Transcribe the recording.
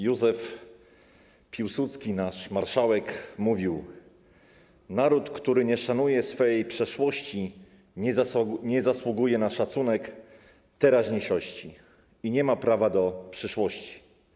Józef Piłsudski, nasz marszałek, mówił: Naród, który nie szanuje swej przeszłości, nie zasługuje na szacunek teraźniejszości i nie ma prawa do przyszłości.